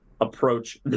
approach